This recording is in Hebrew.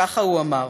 ככה הוא אמר.